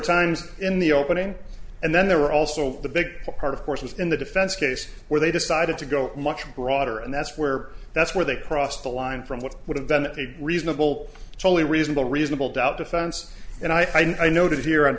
times in the opening and then there were also the big part of course was in the defense case where they decided to go much broader and that's where that's where they crossed the line from what would have been a reasonable totally reasonable reasonable doubt defense and i noted here on